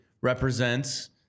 represents